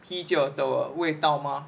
啤酒的味道 mah